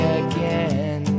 again